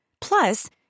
Plus